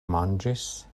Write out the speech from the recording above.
manĝis